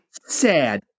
sad